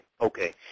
Okay